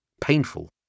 Painful